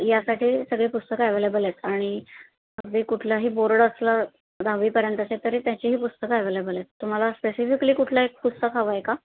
यासाठी सगळी पुस्तकं ॲवेलेबल आहेत आणि अगदी कुठलाही बोर्ड असले दहावीपर्यंतचे तरी त्याचीही पुस्तक ॲवेलेबल आहेत तुम्हाला स्पेसिफिकली कुठलं एक पुस्तक हवं आहे का